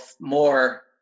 more